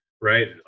right